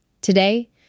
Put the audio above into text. Today